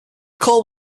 call